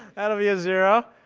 that'll be a zero.